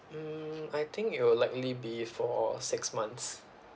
mm I think it will likely be four or six months